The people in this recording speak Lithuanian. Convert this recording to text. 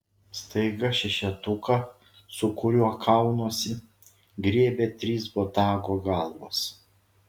staiga šešetuką su kuriuo kaunuosi griebia trys botago galvos